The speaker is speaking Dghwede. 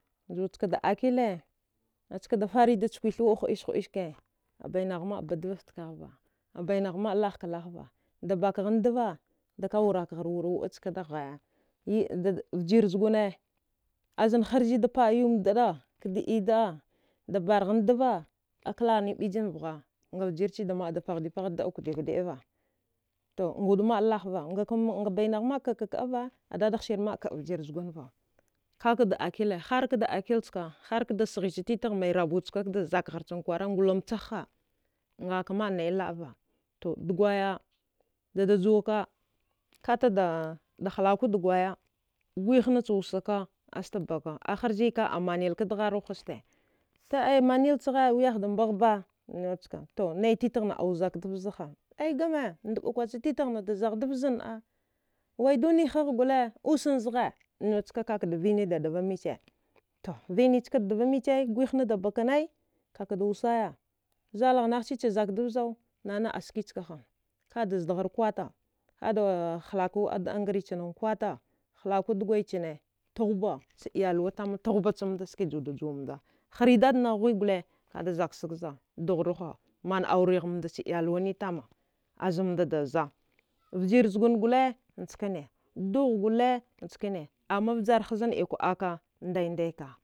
Jujkada akile askada farida chkwith wuəa həiskwa abainagh maə badavavftkaghva abainagh maə lahka lahva dabakghan dva daka wurakghar wura wuəachka daghaya vjir zgune azan harzida ba. a yaum dəa kada iy daəa dabarghan dva a klarni bijamvgha ngavjirchida ma da paghdipgha daəa kudiə kudəiva to ngawud maə lahva ngakn ngabainagh ma kaəka kəava nga dadaghsi maə kəava kakada akile harkda akil chka harkda sghich titigh mai rabu chka kada zakgharchan kwara ngulamchagh ha ngakamaə naəi laəva to dgwaya dadjuwaka kakada hlako dgwaya gwihnacha wusaka asta baka aharzika amanilka dgharwa ahaste to ai manil chagha wiyahda mbaghba newchka naititighna au zakdafza ha ai gama ndɓa kwacha titaghna da zaghdafzanəa waidunihagh gole usan zghe mnew chka kakada vinain da dvamicha to vinichkad dvamichai gwighnada bakanai kakada wusaya zalagh naghcida zakdafzau nan skichkaha kada zdaghar kwata kada hlako a nghrichannan kwata hlako dwaichane tughba cha iyalwa tama tughba skacha judajuwamda hri dadnagh ghuwi gole kada zaksagza an dughruha man aurighamda cha iyalwanni tama azamdada za vjir zgun gole njkane dugh gole njkane amma vjarhazan ikwa əaka ndaidaika.